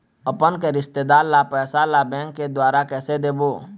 अपन के रिश्तेदार ला पैसा ला बैंक के द्वारा कैसे देबो?